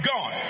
God